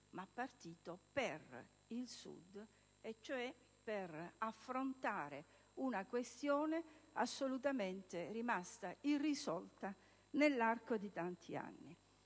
ma partito per il Sud, ovvero per affrontare una questione rimasta assolutamente irrisolta nell'arco di tanti anni.